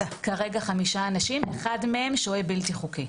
כרגע חמישה אנשים, אחד מהם הוא שוהה בלתי חוקי.